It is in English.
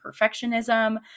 perfectionism